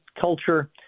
culture